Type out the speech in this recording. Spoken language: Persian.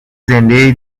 زنده